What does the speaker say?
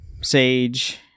Sage